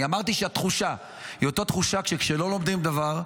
אני אמרתי שהתחושה היא אותה תחושה שכשלא לומדים דבר,